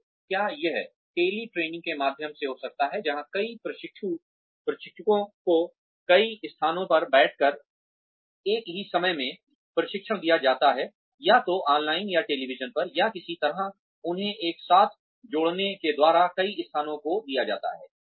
तो क्या यह टेली ट्रेनिंग के माध्यम से होगा जहां कई प्रशिक्षुओं को कई स्थानों पर बैठकर एक ही समय में प्रशिक्षण दिया जाता है या तो ऑनलाइन या टेलीविज़न पर या किसी तरह उन्हें एक साथ जोड़ने के द्वारा कई स्थानों को दिया जाता है